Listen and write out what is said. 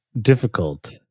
difficult